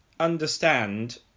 understand